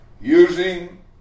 Using